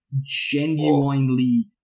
genuinely